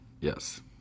yes